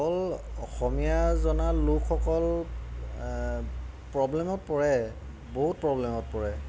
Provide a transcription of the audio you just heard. অকল অসমীয়া জনা লোকসকল প্ৰব্লেমত পৰে বহুত প্ৰব্লেমত পৰে